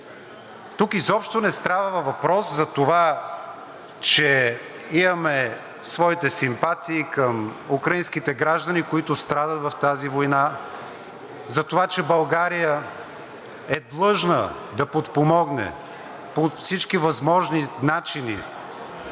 Тук изобщо не става въпрос за това, че имаме своите симпатии към украинските граждани, които страдат в тази война, за това, че България е длъжна да подпомогне по всички възможни начини